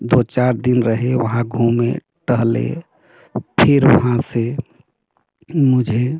दो चार दिन रहे वहाँ घूमे टहले फिर वहाँ से मुझे